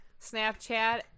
Snapchat